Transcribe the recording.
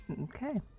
Okay